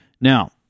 Now